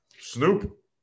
snoop